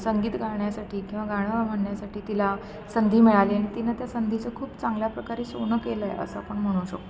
संगीत गाण्यासाठी किंवा गाणं म्हणण्यासाठी तिला संधी मिळाली आणि तिनं त्या संधीचं खूप चांगल्या प्रकारे सोनं केलं आहे असं आपण म्हणू शकतो